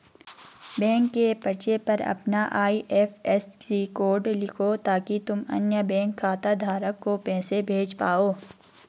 bank के पर्चे पर अपना आई.एफ.एस.सी कोड लिखो ताकि तुम अन्य बैंक खाता धारक को पैसे भेज पाओ